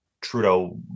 Trudeau